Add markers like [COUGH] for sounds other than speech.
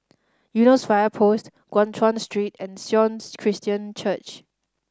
Eunos Fire Post Guan Chuan Street and Sion [UNINTELLIGIBLE] Christian Church